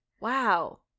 Wow